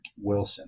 Wilson